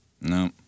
No